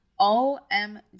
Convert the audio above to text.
OMG